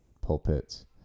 pulpits